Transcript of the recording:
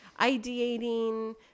ideating